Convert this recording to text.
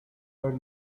her